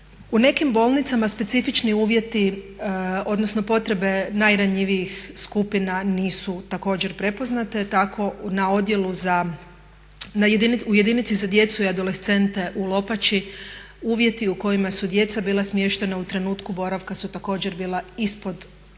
U nekim bolnicama specifični uvjeti, odnosno potrebe najranjivijih skupina nisu također prepoznate, tako na odjelu za, u jedinici za djecu i adolescente u Lopači uvjeti u kojima su djeca bila smještena u trenutku boravka su također bila ispod